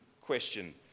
question